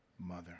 mother